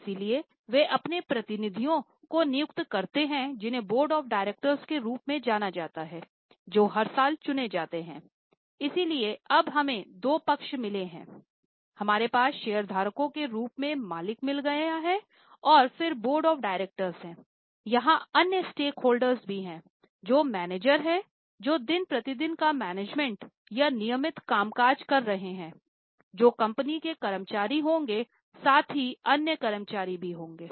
इसलिए वे अपने प्रतिनिधियों को नियुक्त करते हैं जिन्हें बोर्ड ऑफ डायरेक्टर हैं जो दिन प्रतिदिन का मैनेजमेंट या नियमित कामकाज कर रहे हैं जो कंपनी के कर्मचारी होंगे साथ ही अन्य कर्मचारी भी होंगे